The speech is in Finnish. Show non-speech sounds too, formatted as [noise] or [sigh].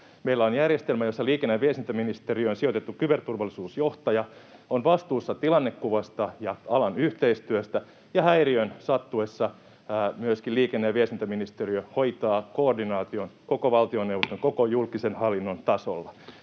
Meillä on järjestelmä, jossa liikenne- ja viestintäministeriöön sijoitettu kyberturvallisuusjohtaja on vastuussa tilannekuvasta ja alan yhteistyöstä, ja häiriön sattuessa liikenne- ja viestintäministeriö hoitaa koordinaation koko valtioneuvoston, [noise] koko julkisen hallinnon tasolla.